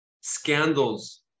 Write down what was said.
scandals